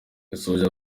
yasoje